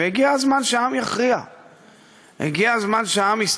והגיע הזמן שהעם יכריע,